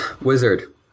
Wizard